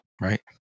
Right